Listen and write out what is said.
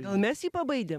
gal mes jį pabaidėm